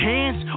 Hands